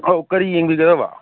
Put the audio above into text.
ꯑꯧ ꯀꯔꯤ ꯌꯦꯡꯕꯤꯒꯗꯕ